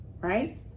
right